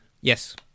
Yes